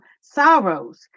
sorrows